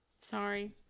Sorry